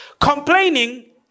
Complaining